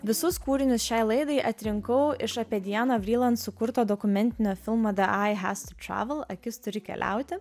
visus kūrinius šiai laidai atrinkau iš apie dianą vriland sukurto dokumentinio filmo the eye has to travel akis turi keliauti